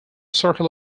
circle